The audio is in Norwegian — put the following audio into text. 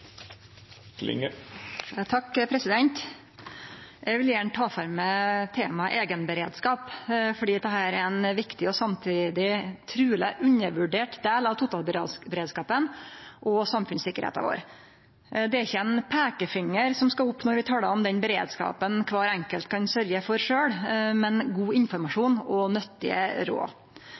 Eg vil gjerne ta for meg temaet eigenberedskap, for dette er ein viktig og samtidig truleg undervurdert del av totalberedskapen og samfunnssikkerheita vår. Det er ikkje ein peikefinger som skal opp når vi talar om den beredskapen kvar enkelt kan sørgje for sjølv, men god informasjon og nyttige råd.